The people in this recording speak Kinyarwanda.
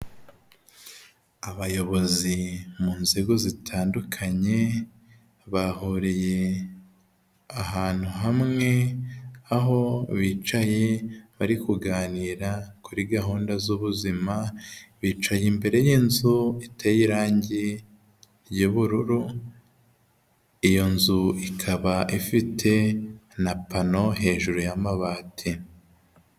Abayobozi mu nzego zitandukanye bahuriye ahantu hamwe aho bicaye bari kuganira kuri gahunda z'ubuzima bicaye imbere y'inzu iteye irangi y'ubururu, iyo nzu ikaba ifite na pano hejuru y'amabati.